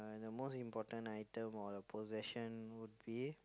the most important item or a possession will be